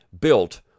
built